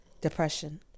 depression